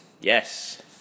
Yes